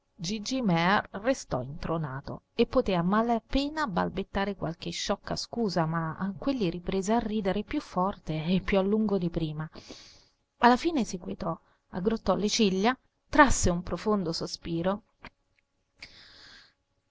gigi mear restò intronato e poté a mala pena balbettare qualche sciocca scusa ma quegli riprese a ridere più forte e più a lungo di prima alla fine si quietò aggrottò le ciglia trasse un profondo sospiro